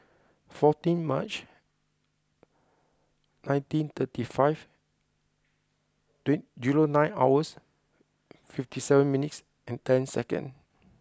fourteen March nineteen thirty five nine hours fifty seven minutes and ten second